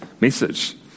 message